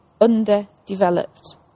underdeveloped